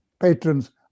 patrons